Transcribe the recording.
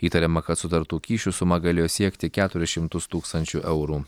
įtariama kad sutartų kyšių suma galėjo siekti keturis šimtus tūkstančių eurų